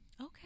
Okay